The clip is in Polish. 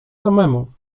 samemu